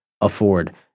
afford